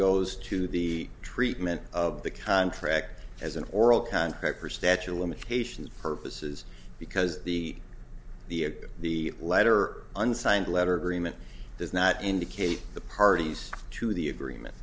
goes to the treatment of the contract as an oral contract for statue of limitations purposes because the the the letter unsigned letter does not indicate the parties to the agreement